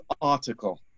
article